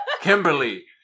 kimberly